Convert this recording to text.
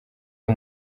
uyu